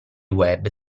web